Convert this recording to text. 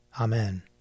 Amen